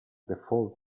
default